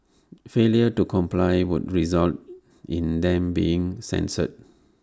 failure to comply would result in them being censured